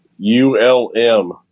ULM